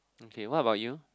okay what about you